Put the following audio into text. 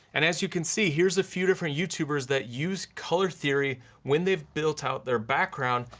and as you can see, here's a few different youtubers that use color theory when they've built out their background,